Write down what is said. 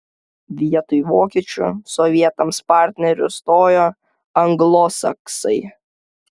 vietoj vokiečių sovietams partneriu stojo anglosaksai